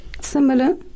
Similar